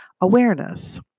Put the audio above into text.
awareness